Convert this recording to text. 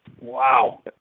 Wow